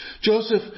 Joseph